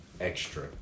extra